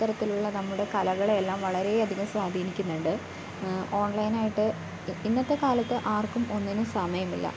ഇത്തരത്തിലുള്ള നമ്മുടെ കലകളെയെല്ലാം വളരേയധികം സ്വാധീനിക്കുന്നുണ്ട് ഓൺലൈൻ ആയിട്ട് ഇന്നത്തെ കാലത്ത് ആർക്കും ഒന്നിനും സമയമില്ല